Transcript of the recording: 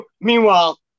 Meanwhile